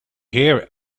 here